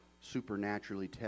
supernaturally